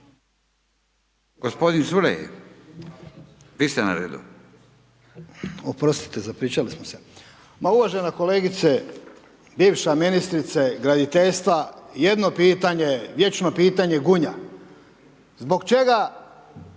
na redu. **Culej, Stevo (HDZ)** Oprostite zapričali smo se. Uvažena kolegice, bivša ministrice graditeljstva, jedno pitanje, vječno pitanje Gunja, zbog čega